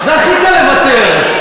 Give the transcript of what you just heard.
הכי קל לוותר,